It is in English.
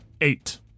Eight